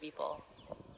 people